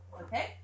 Okay